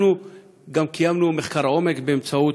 אנחנו גם קיימנו מחקר עומק באמצעות